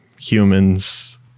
humans